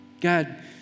God